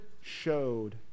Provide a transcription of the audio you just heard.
showed